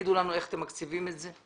שתגידו לנו איך אתם מקציבים אותם,